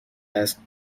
هست